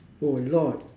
oh a lot